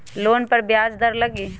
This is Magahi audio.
लोन पर ब्याज दर लगी?